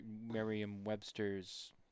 Merriam-Webster's